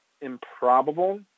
improbable